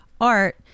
art